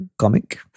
comic